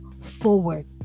forward